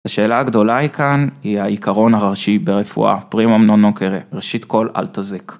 השאלה הגדולה היא כאן, היא העיקרון הראשי ברפואה, פרימום נון נוקרה - ראשית כל אל תזיק.